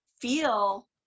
feel